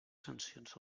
sancions